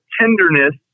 tenderness